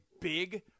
big